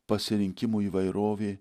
pasirinkimo įvairovė